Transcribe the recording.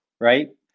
right